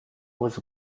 was